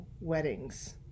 weddings